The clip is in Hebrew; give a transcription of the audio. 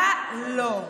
מה לא,